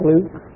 Luke